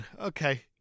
Okay